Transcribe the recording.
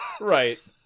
Right